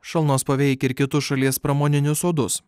šalnos paveikė ir kitus šalies pramoninius sodus